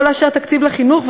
לא לאשר תקציב לחינוך,